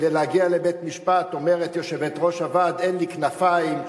כדי להגיע לבית-משפט אומרת יושבת-ראש הוועד: "אין לי כנפיים".